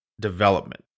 development